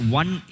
one